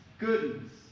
goodness